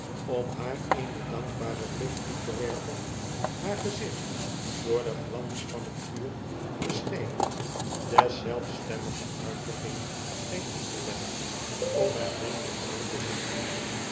om haar eenen dankbaren blik toe te werpen haar gezicht door den glans van het vuuf beschenen deszelfs stemmige uitdrukking scheen af te leggen om my vriendeljjk aan te zien